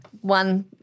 one